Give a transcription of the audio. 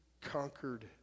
conquered